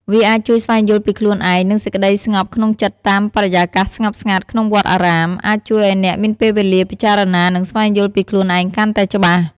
វាអាចជួយស្វែងយល់ពីខ្លួនឯង និងសេចក្ដីស្ងប់ក្នុងចិត្តតាម បរិយាកាសស្ងប់ស្ងាត់ក្នុងវត្តអារាម អាចជួយអ្នកឱ្យមានពេលវេលាពិចារណា និងស្វែងយល់ពីខ្លួនឯងកាន់តែច្បាស់។